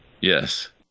Yes